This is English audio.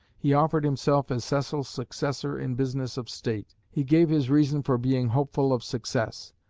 he offered himself as cecil's successor in business of state. he gave his reason for being hopeful of success.